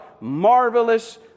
marvelous